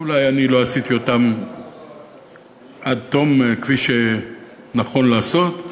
שאולי אני לא עשיתי אותן עד תום כפי שנכון לעשות,